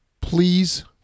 Please